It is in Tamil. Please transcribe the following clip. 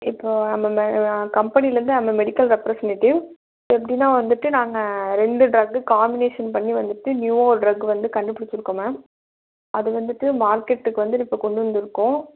இப்போ நம்ம நம்ம கம்பனிலேருந்து நம்ம மெடிக்கல் ரெப்ரசென்டேட்டிவ் எப்படின்னா வந்துட்டு நாங்கள் ரெண்டு டிரக்கு காமினேஷன் பண்ணி வந்துட்டு நியூவாக ஒரு டிரக்கு வந்து கண்டுபுடித்திருக்கோம் மேம் அது வந்துட்டு மார்க்கெட்டுக்கு வந்து இப்போ கொண்டு வந்திருக்கோம்